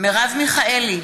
מרב מיכאלי,